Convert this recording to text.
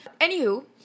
Anywho